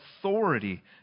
authority